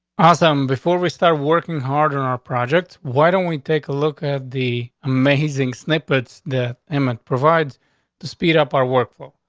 awesome. before we start working harder in our project, why don't we take a look at the amazing snippets that emmett provides to speed up our work for?